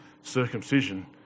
circumcision